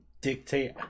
dictate